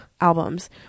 albums